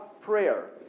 prayer